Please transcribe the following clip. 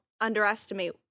underestimate